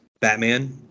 Batman